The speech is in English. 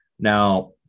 Now